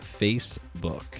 Facebook